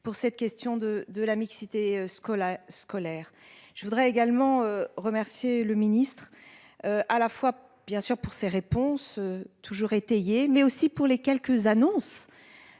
Pour cette question de, de la mixité scolaire, scolaire. Je voudrais également remercier le ministre. À la fois bien sûr pour ses réponses toujours étayer mais aussi pour les quelques annonce.